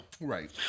right